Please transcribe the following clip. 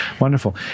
Wonderful